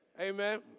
Amen